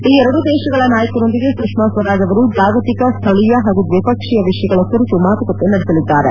ಈ ಎರಡೂ ದೇಶಗಳ ನಾಯಕರೊಂದಿಗೆ ಸುಷ್ನಾ ಸ್ವರಾಜ್ ಅವರು ಜಾಗತಿಕ ಸ್ಥಳೀಯ ಹಾಗೂ ದ್ವಿಪಕ್ಷೀಯ ವಿಷಯಗಳ ಕುರಿತು ಮಾತುಕತೆ ನಡೆಸಲಿದ್ದಾರೆ